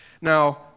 Now